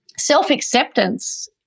self-acceptance